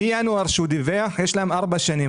מינואר כשהוא דיווח יש להם ארבע שנים,